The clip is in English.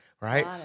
right